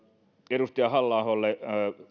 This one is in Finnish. edustaja halla aholle